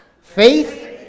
Faith